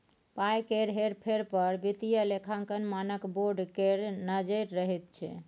पाय केर हेर फेर पर वित्तीय लेखांकन मानक बोर्ड केर नजैर रहैत छै